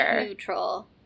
neutral